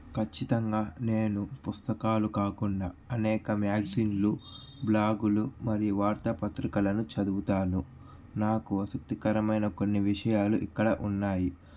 ఖచ్చితంగా నేను పుస్తకాలు కాకుండా అనేక మ్యాగజైన్లు బ్లాగులు మరియు వార్తా పత్రికలను చదువుతాను నాకు ఆసక్తికరమైన కొన్ని విషయాలు ఇక్కడ ఉన్నాయి